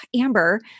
Amber